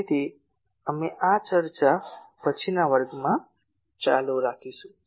તેથી અમે આ ચર્ચા પછીના વર્ગમાં ચાલુ રાખીશું